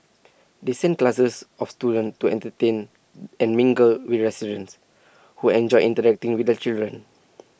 they send classes of students to entertain and mingle with residents who enjoy interacting with the children